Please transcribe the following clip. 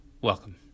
welcome